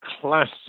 classic